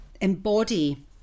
embody